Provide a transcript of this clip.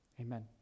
Amen